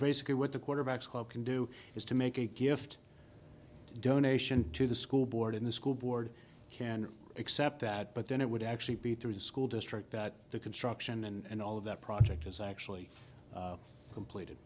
basically what the quarterback's club can do is to make a gift donation to the school board in the school board and accept that but then it would actually be through the school district that the construction and all of that project is actually completed